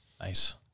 Nice